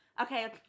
Okay